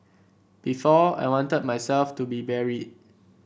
before I wanted myself to be buried